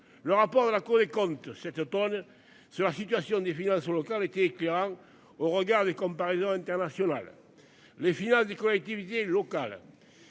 Le rapport de la Cour des comptes. Cet Automne sur la situation des finances locales étaient éclairant. Au regard des comparaisons internationales. Les finances des collectivités locales.